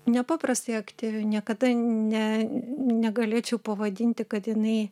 nepaprastai aktyvi niekada ne negalėčiau pavadinti kad jinai